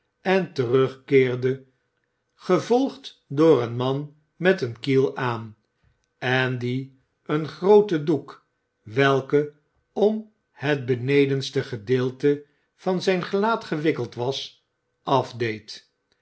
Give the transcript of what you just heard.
en terugkeerde gevolgd door een man met een kiel aan en die een grooten doek welke om het benedenste gedeelte van zijn gelaat gewikkeld was afdeed